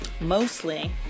mostly